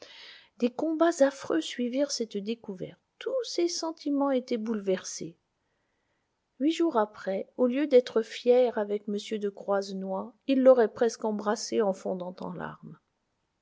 des combats affreux suivirent cette découverte tous ses sentiments étaient bouleversés huit jours après au lieu d'être fier avec m de croisenois il l'aurait presque embrassé en fondant en larmes